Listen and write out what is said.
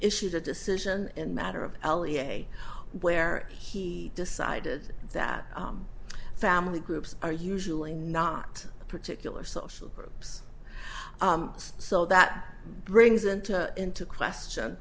issued a decision and matter of ellie a day where he decided that family groups are usually not particular social groups so that brings into into question